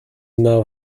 now